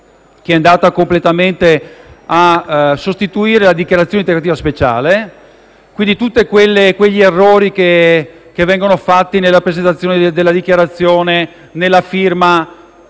che ha completamente sostituito la dichiarazione integrativa speciale. Tutti gli errori che vengono fatti nella presentazione della dichiarazione e nella firma